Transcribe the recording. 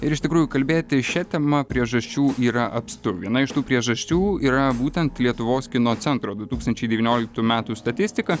ir iš tikrųjų kalbėti šia tema priežasčių yra apstu viena iš tų priežasčių yra būtent lietuvos kino centro du tūkstančiai devynioliktų metų statistika